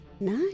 Nice